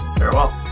farewell